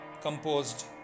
composed